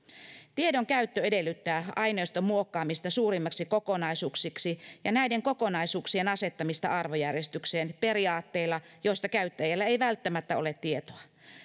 tiedon käyttö edellyttää aineiston muokkaamista suuremmiksi kokonaisuuksiksi ja näiden kokonaisuuksien asettamista arvojärjestykseen periaatteella josta käyttäjällä ei välttämättä ole tietoa